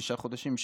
תשעה חודשים,